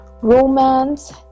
romance